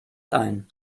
ein